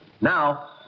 Now